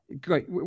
Great